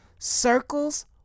circles